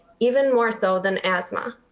even more so than asthma.